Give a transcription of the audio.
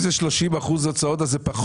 אם זה 30% הוצאות אז זה פחות,